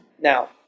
Now